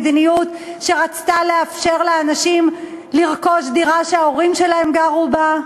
מדיניות שרצתה לאפשר לאנשים לרכוש דירה שההורים שלהם גרו בה.